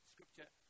Scripture